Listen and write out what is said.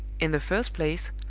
in the first place,